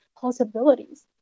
possibilities